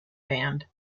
band